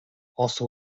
also